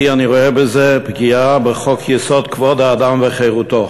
אני רואה בזה פגיעה בחוק-יסוד: כבוד האדם וחירותו.